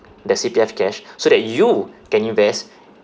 the C_P_F cash so that you can invest